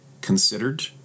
considered